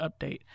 update